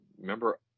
Remember